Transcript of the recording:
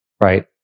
right